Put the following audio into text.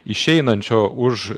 išeinančio už